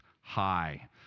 high